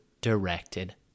directed